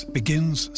begins